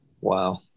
Wow